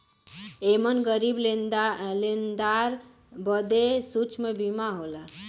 एमन गरीब लेनदार बदे सूक्ष्म बीमा होला